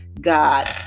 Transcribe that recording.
God